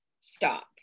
stop